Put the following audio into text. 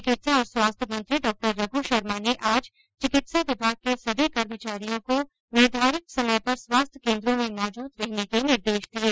चिकित्सा और स्वास्थ्य मंत्री डॉ रघु शर्मा ने आज चिकित्सा विभाग के सभी कर्मचारियों को निर्धारित समय पर स्वास्थ्य केन्द्रों में मौजूद रहने के निर्देश दिये